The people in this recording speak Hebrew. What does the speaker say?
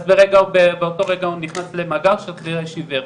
אז באותו רגע הוא נכנס למאגר של חרש עיוור.